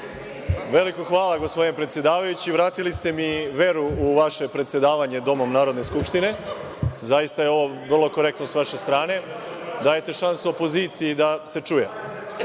Veliko hvala gospodine predsedavajući. Vratili ste mi veru u vaše predsedavanje domom Narodne skupštine. Zaista je ovo vrlo korektno sa vaše strane. Dajete šansu opoziciji da se